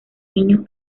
niños